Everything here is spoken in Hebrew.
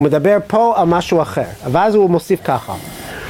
הוא מדבר פה על משהו אחר, ואז הוא מוסיף ככה.